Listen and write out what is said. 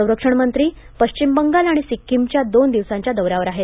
संरक्षणमंत्री पश्चिम बंगाल आणि सिक्किमच्या दोन दिवसाच्या दौऱ्यावर आहेत